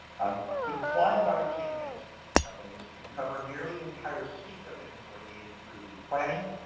um supply and value chain management companies can cover nearly the entire suite of inventory needs through the planning,